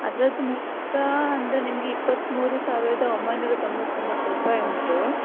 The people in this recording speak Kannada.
ಅದ್ರದ್ದು ಮುಕ್ತ ಅಂದರೆ ನಿಮ್ಗೆ ಇಪ್ಪತ್ಮೂರು ಸಾವಿರದ ಒಂಬೈನೂರ ತೊಂಬತ್ತೊಂಬತ್ತು ರೂಪಾಯಿ ಉಂಟು